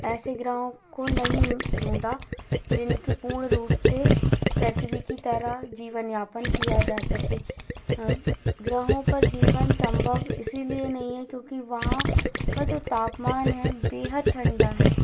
ऐसे ग्रहों को नहीं ढूँढा जिनकी पूर्ण रूप से पृथ्वी की तरह जीवन यापन किया जा सके ग्रहों पर जीवन संभव इसीलिए नहीं है क्योंकि वहाँ का जो तापमान है बेहद ठंडा है